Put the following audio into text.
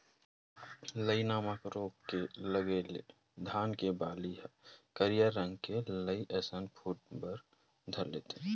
लाई नामक रोग के लगे ले धान के बाली ह करिया रंग के लाई असन फूट बर धर लेथे